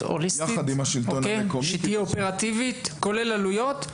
הוליסטית שתהיה אופרטיבית כולל עלויות.